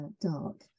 dark